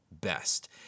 best